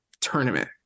tournament